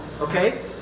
okay